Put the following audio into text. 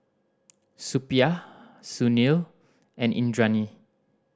Suppiah Sunil and Indranee